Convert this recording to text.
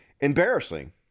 embarrassing